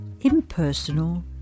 Impersonal